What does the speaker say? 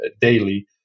daily –